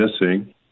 missing